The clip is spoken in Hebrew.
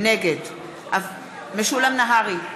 נגד משולם נהרי,